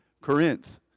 Corinth